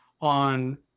on